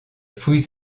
fouilles